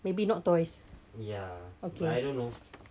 maybe not toys okay okay